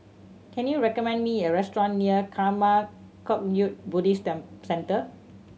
can you recommend me a restaurant near Karma Kagyud Buddhist Centre